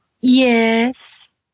Yes